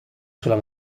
sulla